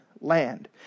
land